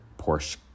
Porsche